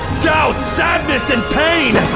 doubt, sadness, and pain!